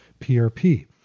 PRP